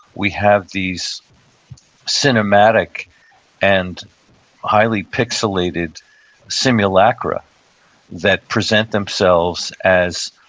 we have these cinematic and highly pixelated simulacra that present themselves as,